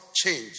change